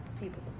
people